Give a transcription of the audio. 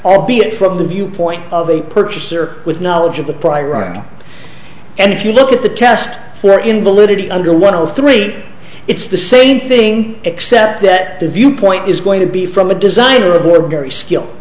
albeit from the viewpoint of a purchaser with knowledge of the prior round and if you look at the test for invalidity under one of the three it's the same thing except that the viewpoint is going to be from a designer of were very skill